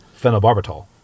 phenobarbital